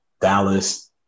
Dallas